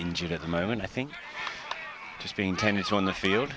injured at the moment i think just being tennis on the field